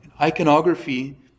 Iconography